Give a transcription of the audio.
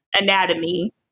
anatomy